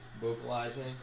vocalizing